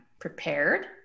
prepared